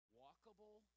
walkable